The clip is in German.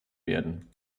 werden